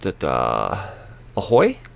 Ahoy